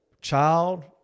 child